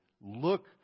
look